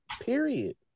period